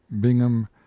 Bingham